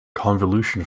convolution